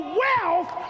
wealth